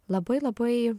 labai labai